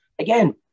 Again